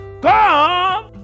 Come